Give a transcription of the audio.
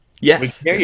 yes